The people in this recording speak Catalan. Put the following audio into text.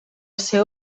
seu